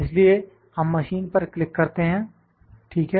इसलिए हम मशीन पर क्लिक करते हैं ठीक है